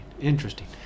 Interesting